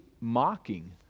mocking